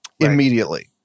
immediately